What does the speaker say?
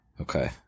Okay